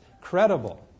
credible